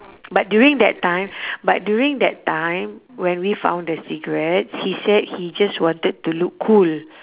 but during that time but during that time when we found the cigarettes he said he just wanted to look cool